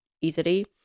easily